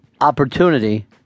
opportunity